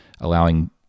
allowing